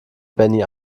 benny